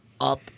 up